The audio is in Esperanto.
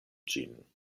ĝin